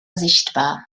sichtbar